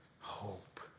hope